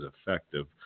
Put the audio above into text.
effective